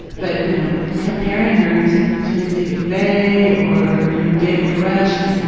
but, you know, comparing her to timothy mcveigh or, you know, david koresh, i